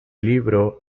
libro